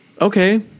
okay